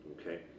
okay